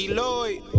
Lloyd